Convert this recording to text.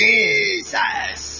Jesus